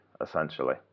essentially